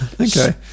Okay